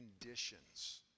conditions